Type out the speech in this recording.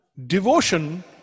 Devotion